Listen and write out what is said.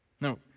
No